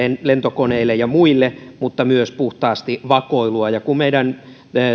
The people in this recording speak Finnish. lentokoneille ja muille mutta myös puhtaasti vakoilua ja meidän